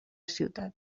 ciutat